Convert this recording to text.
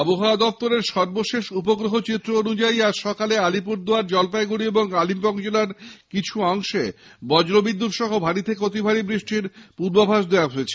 আবহাওয়া দফতরের সর্বশেষ উপগ্রহচিত্র অনুযায়ী আজ সকালে আলিপুরদুয়ার জলপাইগুড়ি ও কালিম্পং জেলার কিছু অংশে বজ্রবিদ্যুত্ সহ ভারী থেকে অতিভারী বৃষ্টির পূর্বাভাস দেওয়া হয়েছে